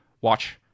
watch